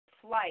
flight